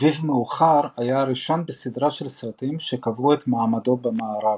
"אביב מאוחר" היה הראשון בסדרה של סרטים שקבעו את מעמדו במערב.